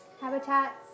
habitats